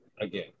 again